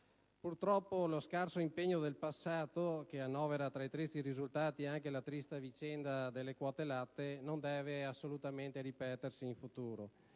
Purtroppo, lo scarso impegno del passato, che annovera tra i tristi risultati anche la trista vicenda delle quote latte, non deve assolutamente ripetersi in futuro.